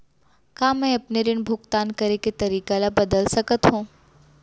का मैं अपने ऋण भुगतान करे के तारीक ल बदल सकत हो?